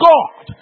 God